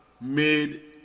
made